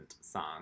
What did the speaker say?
song